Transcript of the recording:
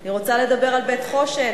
אני רוצה לדבר על "בית החושן",